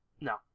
No